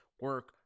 Work